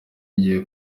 igiye